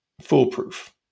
foolproof